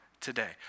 today